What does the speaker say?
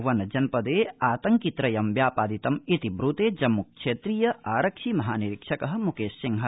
someone जनपदे आतंकित्रयम् व्यापादितमिति ब्रते जम्मृक्षेत्रीय आरक्षि महानिरीक्षक म्केश सिह